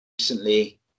recently